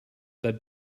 that